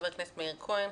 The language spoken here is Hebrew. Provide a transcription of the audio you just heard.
חבר הכנסת מאיר כהן,